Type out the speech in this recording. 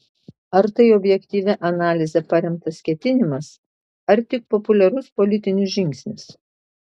ar tai objektyvia analize paremtas ketinimas ar tik populiarus politinis žingsnis